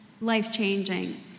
life-changing